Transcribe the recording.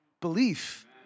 belief